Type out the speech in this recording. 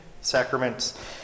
sacraments